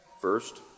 First